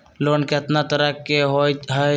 Loan केतना तरह के होअ हई?